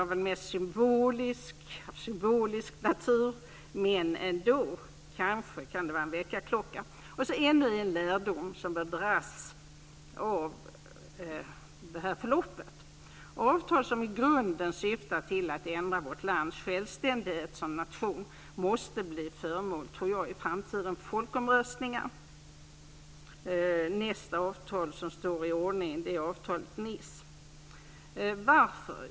Det är väl mest av symbolisk natur, men kanske kan det vara en väckarklocka. Ännu en lärdom bör dras av det här förloppet. Avtal som i grunden syftar till att ändra vår självständighet som nation måste, tror jag, i framtiden bli föremål för folkomröstningar. Nästa avtal som står i tur är avtalet i Nice. Varför?